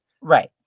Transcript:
right